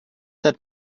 that